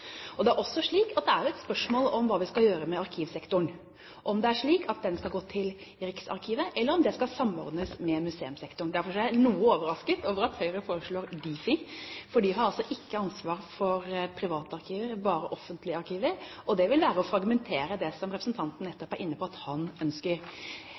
Nasjonalbiblioteket. Det er også spørsmål om hva vi skal gjøre med arkivsektoren, om den skal gå til Riksarkivet, eller om den skal samordnes med museumssektoren. Derfor er jeg noe overrasket over at Høyre foreslår Difi. De har ikke ansvar for privatarkiver, bare for offentlige arkiver. Og det ville være å fragmentere det som representanten